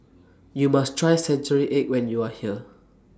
YOU must Try Century Egg when YOU Are here